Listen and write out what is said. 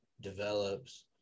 develops